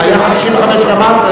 55 היה גם אז?